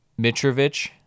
Mitrovic